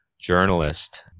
journalist